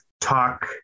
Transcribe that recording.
talk